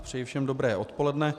Přeji všem dobré odpoledne.